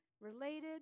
related